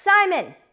Simon